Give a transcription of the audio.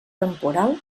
temporal